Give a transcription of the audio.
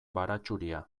baratxuria